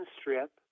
strip